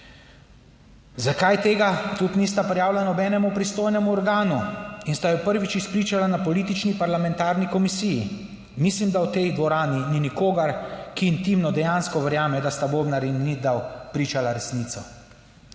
Zakaj tega tudi nista prijavila nobenemu pristojnemu organu in sta jo prvič izpričala na politični parlamentarni komisiji? Mislim, da v tej dvorani ni nikogar, ki intimno dejansko verjame, da sta Bobnar in Lindav pričala resnico.